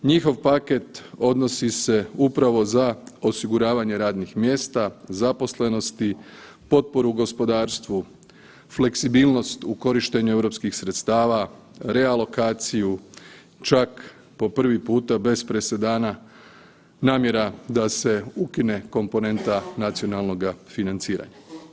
Njihov paket odnosi se upravo za osiguravanje radnih mjesta, zaposlenosti, potporu gospodarstvu, fleksibilnost u korištenju europskih sredstava, realokaciju, čak po prvi puta bez presedana namjera da se ukine komponenta nacionalnoga financiranja.